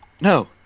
No